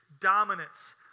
dominance